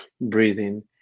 breathing